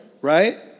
right